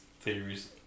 theories